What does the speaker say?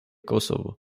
kosovo